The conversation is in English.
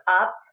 up